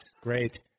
Great